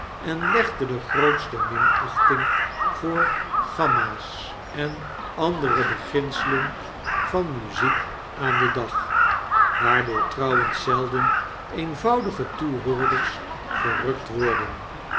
en legde de grootste minachting voor gamma's en andere beginselen van muziek aan den dag waardoor trouwens zelden eenvoudige toehoorders verrukt worden